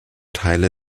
teile